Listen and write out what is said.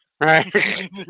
Right